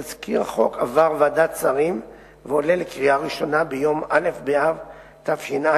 תזכיר חוק עבר ועדת שרים ועולה לקריאה ראשונה ביום א' באב תש"ע,